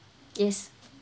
yes